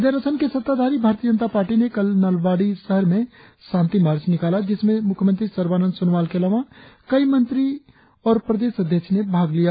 इधर असम के सत्ताधारी भारतीय जनता पार्टी ने कल नलबाड़ी शहर में शांति मार्ड निकाला जिसमें मुख्यमंत्री सर्बानंद सोनोवाल के अलावा कई मंत्री के प्रदेश अध्यक्ष ने भाग लिया